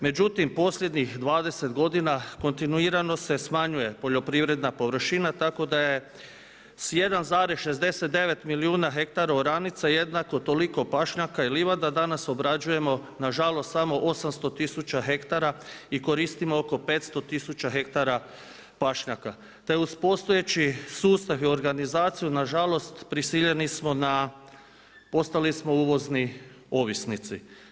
Međutim, posljednjih 20 godina kontinuirano se smanjuje poljoprivredna površina tako da je s 1,69 milijuna hektara oranica jednako toliko pašnjaka i livada danas obrađujemo nažalost samo 800 tisuća hektara i koristimo oko 500 tisuća hektara pašnjaka te uz postojeći sustav i organizaciju nažalost prisiljeni smo na postali smo uvozni ovisnici.